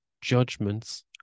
judgments